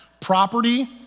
Property